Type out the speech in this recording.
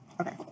Okay